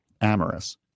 amorous